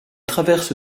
traverse